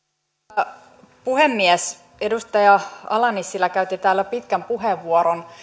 arvoisa puhemies edustaja ala nissilä käytti täällä pitkän puheenvuoron